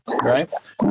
right